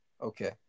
okay